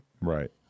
Right